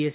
S